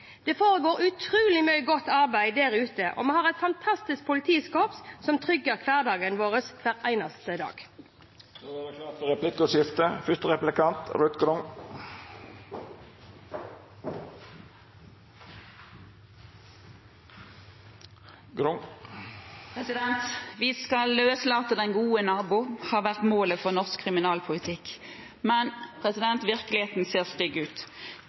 Det foregår utrolig mye godt arbeid der ute, og vi har et fantastisk politikorps som trygger hverdagen vår hver eneste dag. Det vert replikkordskifte. Vi skal løslate den gode nabo – det har vært målet for norsk kriminalpolitikk. Men virkeligheten ser stygg ut.